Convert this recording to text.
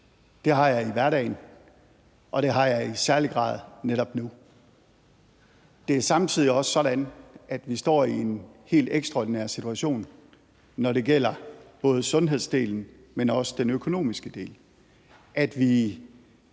Det har jeg til hverdag, og det har jeg i særlig grad netop nu. Det er samtidig også sådan, at vi står i en helt ekstraordinær situation, når det gælder både sundhedsdelen, men også den økonomiske del,